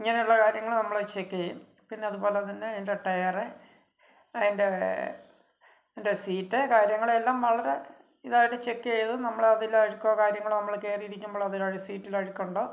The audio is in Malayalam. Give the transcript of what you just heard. ഇങ്ങനുള്ള കാര്യങ്ങൾ നമ്മൾ ചെക്ക് ചെയ്യും പിന്നെ അതുപോലെ തന്നെ അതിന്റെ ടയറ് അതിന്റെ ത്ന്റെ സീറ്റ് കാര്യങ്ങൾ എല്ലാം വളരെ ഇതായിട്ട് ചെക്ക് ചെയ്ത് നമ്മൾ അതിൽ അഴുക്കോ കാര്യങ്ങളോ നമ്മൾ കയറിയിരിക്കുമ്പളൊ അതിൽ സീറ്റിൽ അഴുക്കുണ്ടോ